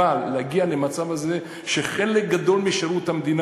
אבל להגיע למצב הזה שחלק גדול משירות המדינה